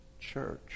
church